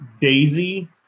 daisy